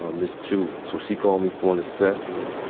ah miss chu. so, she called me for an assessment.